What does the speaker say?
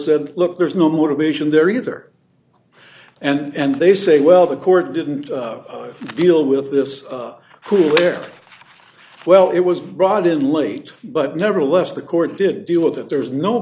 said look there's no motivation there either and they say well the court didn't deal with this cool air well it was brought in late but nevertheless the court did deal with that there's no